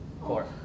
Four